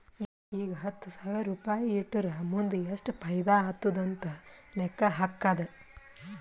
ಈಗ ಹತ್ತ್ ಸಾವಿರ್ ರುಪಾಯಿ ಇಟ್ಟುರ್ ಮುಂದ್ ಎಷ್ಟ ಫೈದಾ ಆತ್ತುದ್ ಅಂತ್ ಲೆಕ್ಕಾ ಹಾಕ್ಕಾದ್